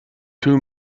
two